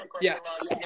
yes